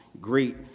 great